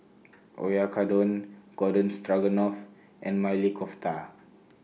Oyakodon Garden Stroganoff and Maili Kofta